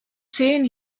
zehn